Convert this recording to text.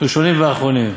ראשונים ואחרונים.